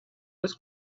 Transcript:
was